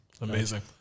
Amazing